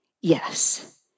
Yes